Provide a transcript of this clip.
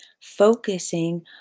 focusing